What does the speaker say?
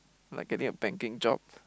like getting a banking job